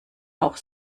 auch